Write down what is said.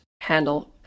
handle